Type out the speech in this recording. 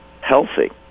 healthy